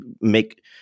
make